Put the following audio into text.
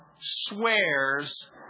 swears